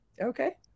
Okay